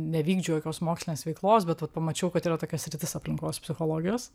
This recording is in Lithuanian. nevykdžiau jokios mokslinės veiklos bet vat pamačiau kad yra tokia sritis aplinkos psichologijos